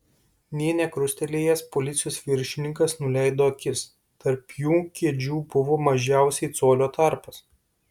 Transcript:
nė nekrustelėjęs policijos viršininkas nuleido akis tarp jų kėdžių buvo mažiausiai colio tarpas